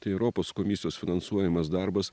tai europos komisijos finansuojamas darbas